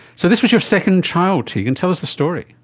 so this was your second child, tegan, tell us the story.